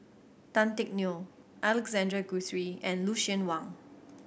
Tan Teck Neo Alexander Guthrie and Lucien Wang